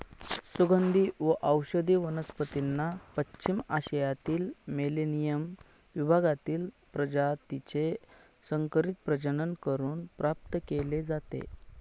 सुगंधी व औषधी वनस्पतींना पश्चिम आशियातील मेलेनियम विभागातील प्रजातीचे संकरित प्रजनन करून प्राप्त केले जाते